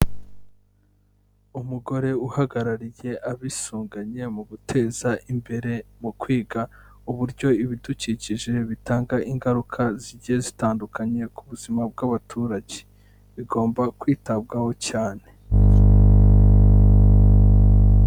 Umugore uhagarariye abisunganye mu guteza imbere mu kwiga uburyo ibidukikije bitanga ingaruka zigiye zitandukanye ku buzima bw'abaturage. Bigomba kwitabwaho cyane.